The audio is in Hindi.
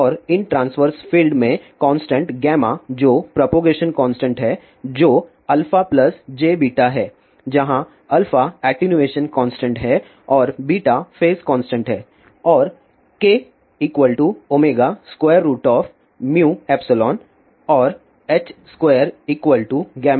और इन ट्रांस्वर्स फ़ील्ड् में कांस्टेंट जो प्रोपोगेशन कांस्टेंट है जो α jβ हैं जहां एटीनूएशन कांस्टेंट है और फेज कांस्टेंट है और kωμϵ और h22k2